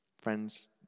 Friends